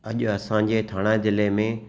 अॼु असां जे थाणा जिले में